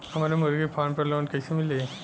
हमरे मुर्गी फार्म पर लोन कइसे मिली?